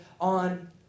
on